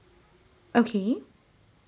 okay